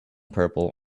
purple